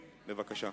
בבקשה.